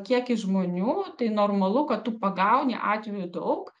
kiekį žmonių tai normalu kad tu pagauni atvejų daug